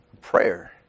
Prayer